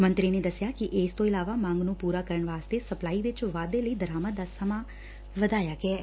ਮੰਤਰੀ ਨੇ ਦਸਿਆ ਕਿ ਇਸ ਤੋਂ ਇਲਾਵਾ ਮੰਗ ਨੂੰ ਪੂਰਾ ਕਰਨ ਵਾਸਤੇ ਸਪਲਾਈ ਚ ਵਾਧੇ ਲਈ ਦਰਾਮਦ ਦਾ ਸਮਾਂ ਘਟਾਇਆ ਗਿਐ